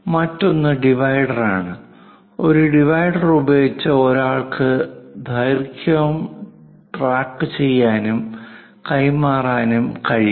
മറ്റൊന്ന് ഡിവിഡറാണ് ഒരു ഡിവൈഡർ ഉപയോഗിച്ച് ഒരാൾക്ക് ദൈർഘ്യം ട്രാക്കുചെയ്യാനും കൈമാറാനും കഴിയും